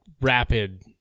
rapid